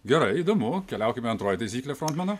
gerai įdomu keliaukime antroji taisyklė frontmeno